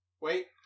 Wait